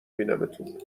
بینمتون